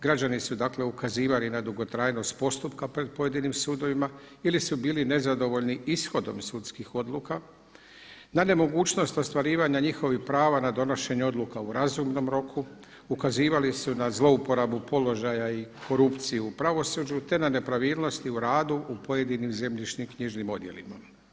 Građani su dakle ukazivali na dugotrajnost postupka pred pojedinim sudovima ili su bili nezadovoljni ishodom sudskih odlukama, na nemogućnost ostvarivanja njihovih prava na donošenje u razumnom roku, ukazivali su na zlouporabu položaja i korupciju u pravosuđu te na nepravilnosti u radu u pojedinim zemljišno-knjižnim odjelima.